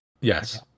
Yes